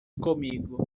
comigo